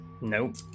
Nope